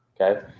okay